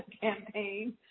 campaign